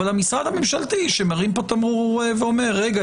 אבל משרד ממשלתי שמרים פה תמרור ואומר: רגע,